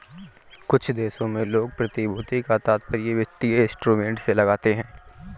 कुछ देशों में लोग प्रतिभूति का तात्पर्य वित्तीय इंस्ट्रूमेंट से लगाते हैं